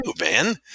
man